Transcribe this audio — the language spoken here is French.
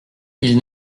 ils